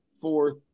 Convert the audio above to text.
fourth